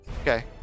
Okay